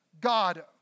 God